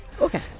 Okay